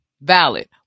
Valid